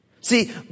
See